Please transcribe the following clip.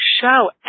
show